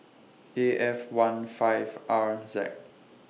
A F one five R Z